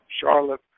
Charlotte